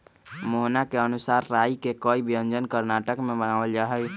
मोहना के अनुसार राई के कई व्यंजन कर्नाटक में बनावल जाहई